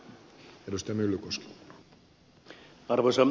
arvoisa puhemies